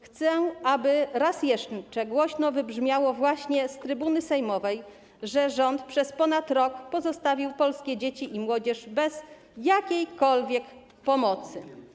Chcę, aby raz jeszcze głośno wybrzmiało właśnie z trybuny sejmowej, że rząd przez ponad rok pozostawił polskie dzieci i młodzież bez jakiejkolwiek pomocy.